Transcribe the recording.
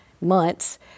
months